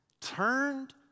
turned